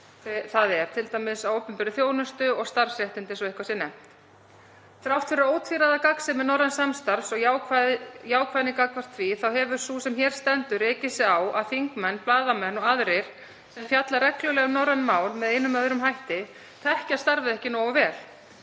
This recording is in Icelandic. það er, t.d. rétt á opinberri þjónustu og starfsréttindi, svo eitthvað sé nefnt. Þrátt fyrir ótvíræða gagnsemi norræns samstarfs og jákvæðni gagnvart því þá hefur sú sem hér stendur rekið sig á að þingmenn, blaðamenn og aðrir sem fjallar reglulega um norræn mál með einum eða öðrum hætti þekkja starfið ekki nógu vel.